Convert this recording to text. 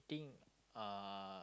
think uh